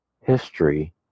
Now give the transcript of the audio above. history